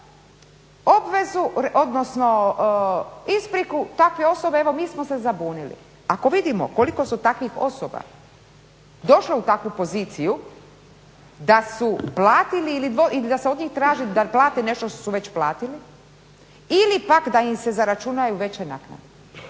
imate samo ispriku takve osobe evo mi smo se zabunili. Ako vidimo koliko je takvih osoba došlo u takvu poziciju da su platili ili da se od njih traži da plate nešto što su već platili ili pak da im se zaračunaju veće naknade.